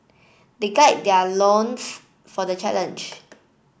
they guide their loins for the challenge